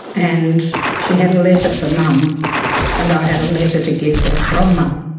and she had a letter for mum and i had a letter to give her from mum.